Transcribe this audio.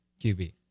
QB